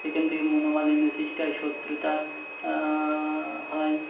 সেখান থেকে মনোমালিন্য সৃষ্টি শত্রুতা হয়